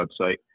website